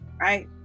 right